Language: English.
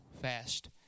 fast